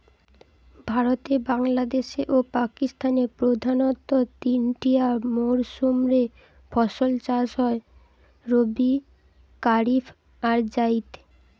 ভারতে, বাংলাদেশে ও পাকিস্তানে প্রধানতঃ তিনটিয়া মরসুম রে ফসল চাষ হয় রবি, কারিফ আর জাইদ